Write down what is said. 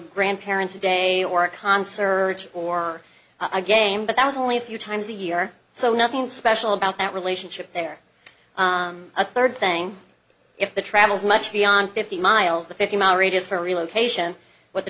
grandparents day or a concert or a game but that was only a few times a year so nothing special about that relationship there a third thing if the travels much beyond fifty miles the fifty mile radius for relocation but the